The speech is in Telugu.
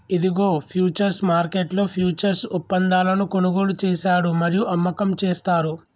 ఇదిగో ఫ్యూచర్స్ మార్కెట్లో ఫ్యూచర్స్ ఒప్పందాలను కొనుగోలు చేశాడు మరియు అమ్మకం చేస్తారు